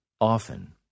often